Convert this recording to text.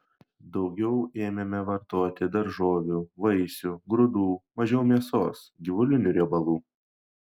daugiau ėmėme vartoti daržovių vaisių grūdų mažiau mėsos gyvulinių riebalų